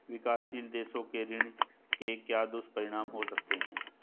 विकासशील देशों के ऋण के क्या दुष्परिणाम हो सकते हैं?